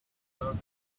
observe